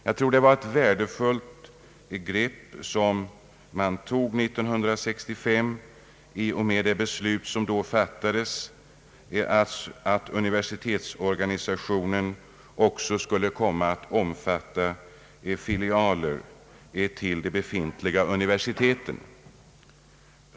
Jag tror att det var ett värdefullt grepp som togs 1965 i och med det beslut som fattades att universitetsorganisationen också skulle komma att omfatta filialer till de befintliga universiteten.